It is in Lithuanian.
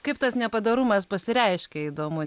kaip tas nepadorumas pasireiškia įdomu